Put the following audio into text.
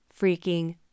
freaking